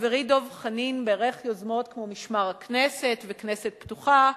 חברי דב חנין בירך יוזמות כמו "המשמר החברתי" ו"כנסת פתוחה",